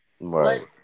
Right